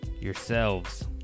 yourselves